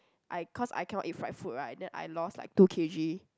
I cause I cannot eat fried food right then I lost like two K_G